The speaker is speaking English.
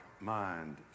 mind